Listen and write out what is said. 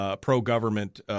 pro-government